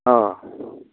अ